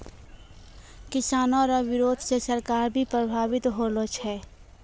किसानो रो बिरोध से सरकार भी प्रभावित होलो छै